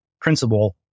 principle